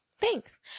thanks